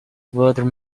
word